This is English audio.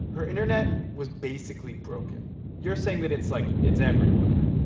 her internet was basically broken you're saying that it's, like it's everywhere